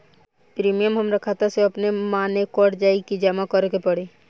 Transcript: Premium हमरा खाता से अपने माने कट जाई की जमा करे के पड़ी?